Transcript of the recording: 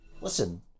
Listen